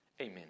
Amen